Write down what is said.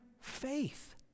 faith